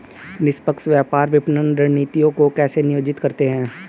निष्पक्ष व्यापार विपणन रणनीतियों को कैसे नियोजित करते हैं?